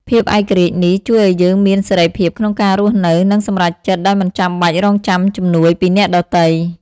ភាពឯករាជ្យនេះ ជួយឲ្យយើងមានសេរីភាពក្នុងការរស់នៅ និងសម្រេចចិត្តដោយមិនចាំបាច់រង់ចាំជំនួយពីអ្នកដទៃ។